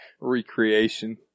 Recreation